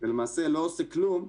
ולמעשה לא עושה כלום,